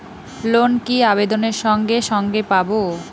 Loan কি আবেদনের সঙ্গে সঙ্গে পাব?